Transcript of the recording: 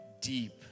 deep